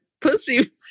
pussy